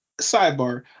sidebar